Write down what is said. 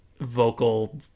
vocal